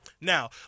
Now